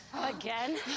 Again